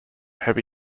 heavy